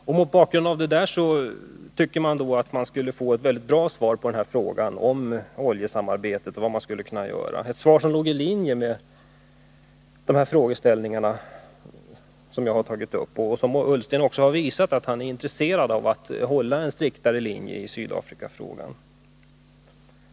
Mot den bakgrunden borde jag ha kunnat få ett bra svar på min fråga om oljesamarbetet och vad som skulle kunna göras för att återställa förtroendet, ett svar som låg i linje med det jag har tagit upp. Ola Ullsten har ju också visat att han är intresserad av att driva en striktare linje i Sydafrikafrågan.